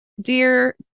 dear